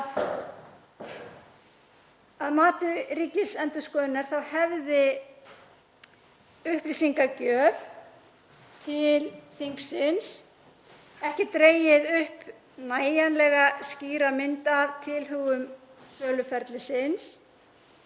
að mati Ríkisendurskoðunar hefði upplýsingagjöf til þingsins ekki dregið upp nægilega skýra mynd af tilhögun söluferlisins